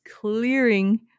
clearing